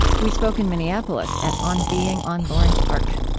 we spoke in minneapolis at on being on loring park